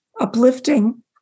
uplifting